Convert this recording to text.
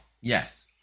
Yes